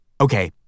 Okay